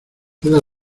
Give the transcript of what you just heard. queda